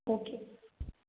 okay